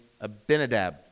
Abinadab